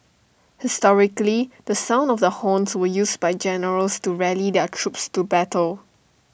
historically the sound of the horns were used by generals to rally their troops to battle